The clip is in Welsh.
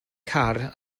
car